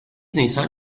nisan